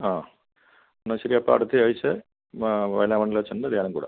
ആ എന്നാൽ ശരി അപ്പോൾ അടുത്ത ആഴ്ച വയലമണ്ണിലച്ഛൻ്റെ ധ്യാനം കൂടാം